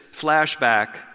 flashback